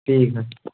ٹھیک ہے